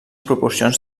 proporcions